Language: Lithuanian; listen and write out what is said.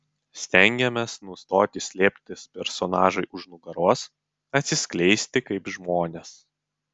stengiamės nustoti slėptis personažui už nugaros atsiskleisti kaip žmonės